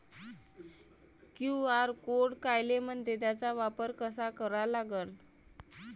QR code कायले म्हनते, त्याचा वापर कसा करा लागन?